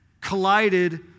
collided